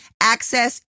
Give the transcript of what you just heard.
access